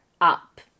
up